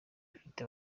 ifite